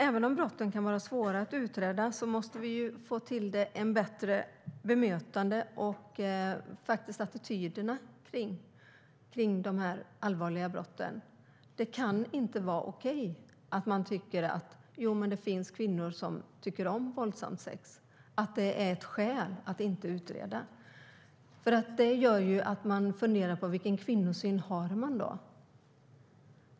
Även om brotten kan vara svåra att utreda måste vi få till ett bättre bemötande och bättre attityder kring de här allvarliga brotten. Det kan inte vara okej att man tycker att ett skäl att inte utreda är att det finns kvinnor som tycker om våldsamt sex. Detta gör att jag funderar över vilken kvinnosyn man har.